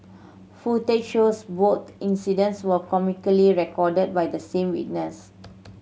footage shows both incidents were comically recorded by the same witness